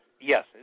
Yes